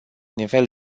nivel